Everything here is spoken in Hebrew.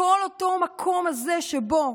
המקום הזה שבו